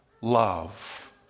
love